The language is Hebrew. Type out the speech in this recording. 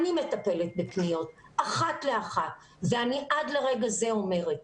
אני מטפלת בפניות אחת לאחת ואני עד לרגע זה אומרת